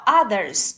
others